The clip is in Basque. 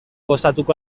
gozatuko